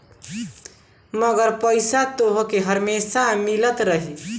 मगर पईसा तोहके हमेसा मिलत रही